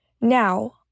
Now